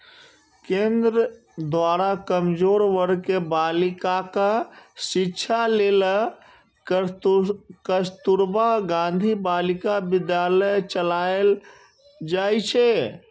केंद्र द्वारा कमजोर वर्ग के बालिकाक शिक्षा लेल कस्तुरबा गांधी बालिका विद्यालय चलाएल जाइ छै